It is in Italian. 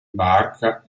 barca